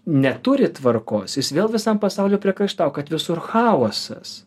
neturi tvarkos jis vėl visam pasauliui priekaištau kad visur chaosas